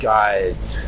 guide